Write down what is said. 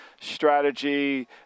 strategy